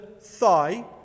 thigh